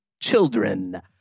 children